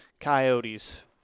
coyotes